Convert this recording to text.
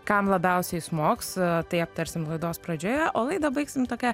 kam labiausiai smogs tai aptarsim laidos pradžioje o laidą baigsim tokia